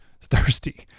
Thirsty